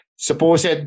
supposed